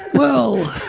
well,